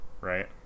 right